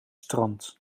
strand